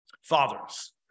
Fathers